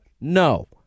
No